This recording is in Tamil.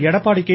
எடப்பாடி கே